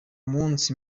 munsi